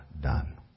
done